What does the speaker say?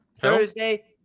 Thursday